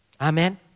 Amen